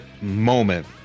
moment